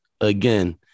Again